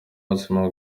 buzima